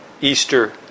Easter